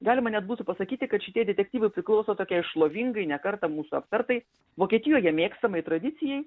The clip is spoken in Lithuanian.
galima net būtų pasakyti kad šitie detektyvai priklauso tokiai šlovingai ne kartą mūsų aptartai vokietijoje mėgstamai tradicijai